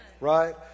right